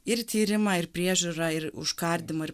ir tyrimą ir priežiūrą ir užkardymą ir